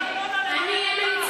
אני משלם ארנונה,